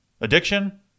Addiction